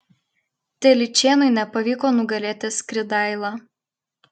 telyčėnui nepavyko nugalėti skridailą